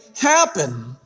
happen